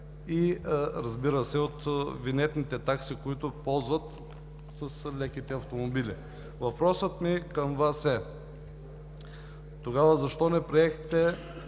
и, разбира се, от винетните такси, които ползват с леките автомобили. Въпросът ми към Вас е: тогава защо не приехте